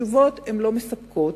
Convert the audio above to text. התשובות לא מספקות,